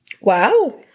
Wow